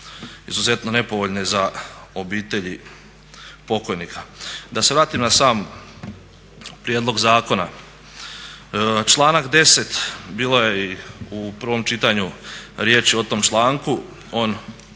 izuzetno nepovoljne za obitelji pokojnika. Da se vratim na sam prijedlog zakona, članak 10., bilo je i u prvom čitanju riječi o tom članku, on